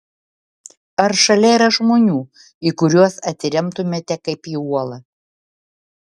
ar šalia yra žmonių į kuriuos atsiremtumėte kaip į uolą